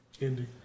Indy